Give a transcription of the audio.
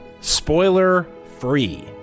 spoiler-free